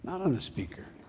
on the speaker.